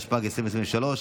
התשפ"ג 2023,